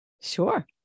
Sure